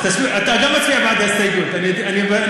אתה גם מצביע בעד ההסתייגות, אני בטוח.